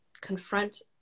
confront